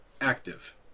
active